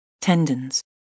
tendons